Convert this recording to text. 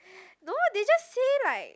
no they just say like